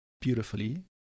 beautifully